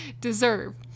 deserve